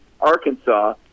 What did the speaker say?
Arkansas